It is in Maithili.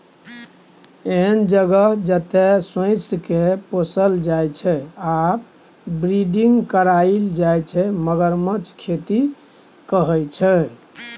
एहन जगह जतय सोंइसकेँ पोसल जाइ छै आ ब्रीडिंग कराएल जाइ छै मगरमच्छक खेती कहय छै